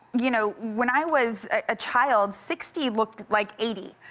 you know when i was a child sixty looked like eighty.